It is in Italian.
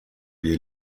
dei